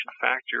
factor